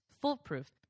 foolproof